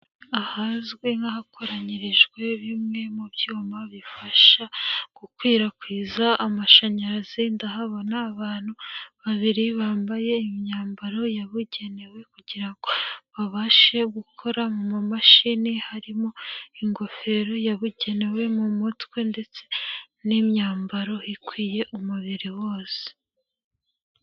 Ahazwi nk'ahakoranyirijwe bimwe mu byuma bifasha gukwirakwiza amashanyarazi, ndahabona abantu babiri bambaye imyambaro yabugenewe kugira ngo babashe gukora mu mamashini harimo ingofero yabugenewe mu mutwe ndetse n'imyambaro ikwiye umubiri wose.